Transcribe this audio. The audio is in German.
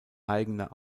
eigener